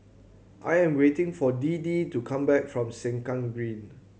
I am waiting for Deedee to come back from Sengkang Green